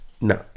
No